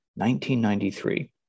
1993